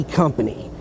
company